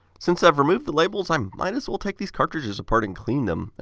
since i have removed the labels i um might as well take these cartridges apart and clean them. ah